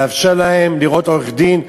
לאפשר להם לראות עורך-דין.